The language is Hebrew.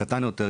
קטן יותר,